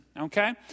Okay